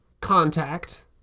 contact